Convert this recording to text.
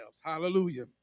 hallelujah